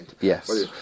Yes